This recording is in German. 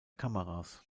kameras